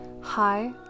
Hi